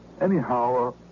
Anyhow